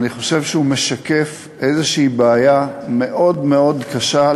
אני חושב שהוא משקף איזו בעיה מאוד מאוד קשה,